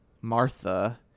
Martha